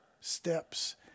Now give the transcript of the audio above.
steps